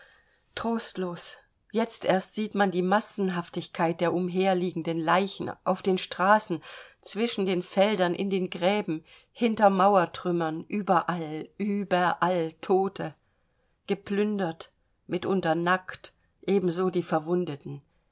trostlos jetzt erst sieht man die massenhaftigkeit der umherliegenden leichen auf den straßen zwischen den feldern in den gräben hinter mauertrümmern überall überall tote geplündert mitunter nackt eben so die verwundeten